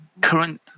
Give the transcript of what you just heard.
current